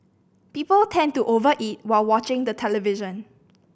people tend to over eat while watching the television